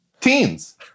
teens